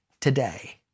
today